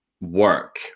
work